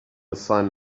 sign